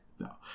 No